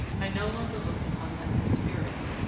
i no longer looked upon them as spirits,